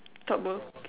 thought pro~